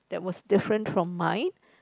that was different from mine